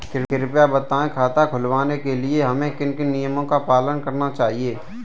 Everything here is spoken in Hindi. कृपया बताएँ खाता खुलवाने के लिए हमें किन किन नियमों का पालन करना चाहिए?